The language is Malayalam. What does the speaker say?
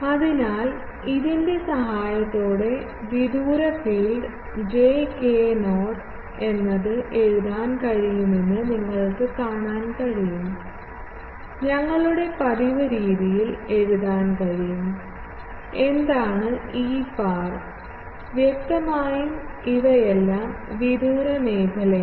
അതിനാൽ ഇതിന്റെ സഹായത്തോടെ വിദൂര ഫീൽഡ് j k0 എന്ന് എഴുതാൻ കഴിയുമെന്ന് നിങ്ങൾക്ക് കാണാൻ കഴിയും ഞങ്ങളുടെ പതിവ് രീതിയിൽ എഴുതാൻ കഴിയും എന്താണ് Efar വ്യക്തമായും ഇവയെല്ലാം വിദൂര മേഖലയാണ്